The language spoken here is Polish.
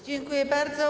Dziękuję bardzo.